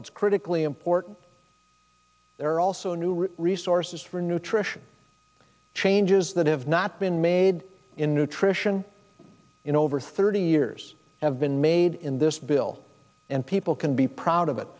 it's critically important there are also new resources for nutrition changes that have not been made in nutrition in over thirty years have been made in this bill and people can be proud of it